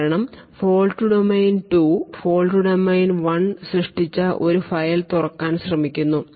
കാരണം fault domain 2 fault domain 1 സൃഷ്ടിച്ച ഒരു ഫയൽ തുറക്കാൻ ശ്രമിക്കുന്നു